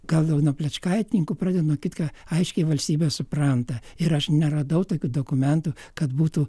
gal jau nuo plečkaitininkų pradeda nuo kitką aiškiai valstybė supranta ir aš neradau tokių dokumentų kad būtų